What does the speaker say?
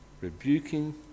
rebuking